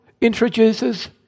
introduces